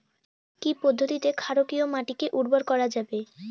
কি পদ্ধতিতে ক্ষারকীয় মাটিকে উর্বর করা যাবে?